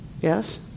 yes